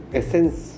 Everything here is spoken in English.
essence